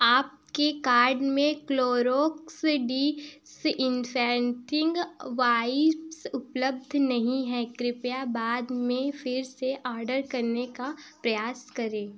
आपके कार्ट में Clorox disinfecting wipes उपलब्ध नहीं है कृपया बाद में फ़िर से ऑर्डर करने का प्रयास करें